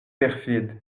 perfide